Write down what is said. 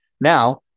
Now